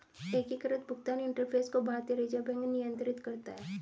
एकीकृत भुगतान इंटरफ़ेस को भारतीय रिजर्व बैंक नियंत्रित करता है